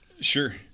Sure